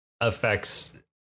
affects